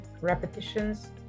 repetitions